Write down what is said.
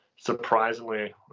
Surprisingly